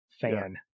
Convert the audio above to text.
fan